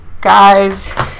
Guys